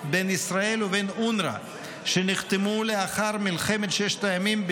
בין ישראל ובין אונר"א שנחתמו לאחר מלחמת ששת הימים,